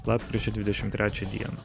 lapkričio dvidešim trečią dieną